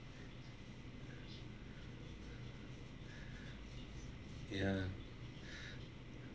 ya